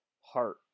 heart